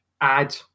add